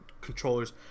controllers